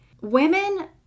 women